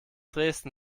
dresden